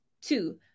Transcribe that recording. Two